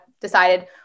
decided